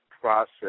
process